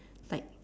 like